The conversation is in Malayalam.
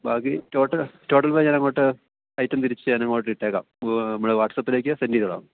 ബാക്കി ടോട്ടല് ടോട്ടൽമായി ഞാൻ അങ്ങോട്ട് ഐറ്റം തിരിച്ച് ഞാൻ അങ്ങോട്ടിട്ടേക്കാം നമ്മുടെ വാട്സപ്പിലേക്ക് സെന്റ് ചെയ്തോളാം